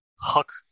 huck